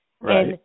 Right